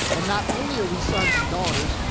and not only are we sons and daughters.